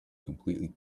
completely